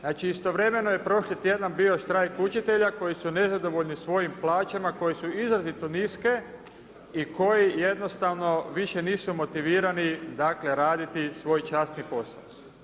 Znači istovremeno je prošli tj. bio štrajk učitelja koji su nezadovoljni svojim plaćama, koje su izrazito niske, i koje jednostavno više nisu motivirani raditi svoj časni posao.